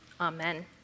Amen